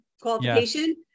qualification